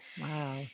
Wow